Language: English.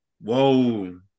Whoa